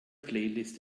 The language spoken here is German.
playlist